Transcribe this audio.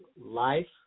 Life